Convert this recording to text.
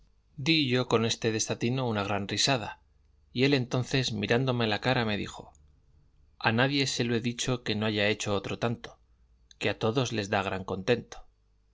di yo con este desatino una gran risada y él entonces mirándome a la cara me dijo a nadie se lo he dicho que no haya hecho otro tanto que a todos les da gran contento